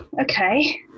Okay